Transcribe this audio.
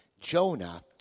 Jonah